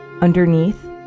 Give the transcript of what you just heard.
underneath